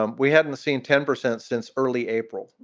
um we hadn't seen ten percent since early april.